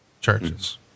churches